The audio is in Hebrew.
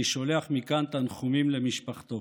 אני שולח מכאן תנחומים למשפחתו.